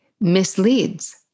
misleads